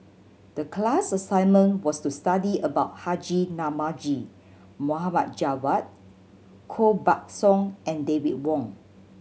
the class assignment was to study about Haji Namazie Mohd Javad Koh Buck Song and David Wong